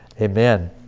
Amen